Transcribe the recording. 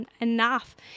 enough